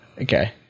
okay